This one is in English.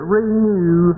renew